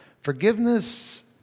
forgiveness